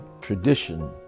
tradition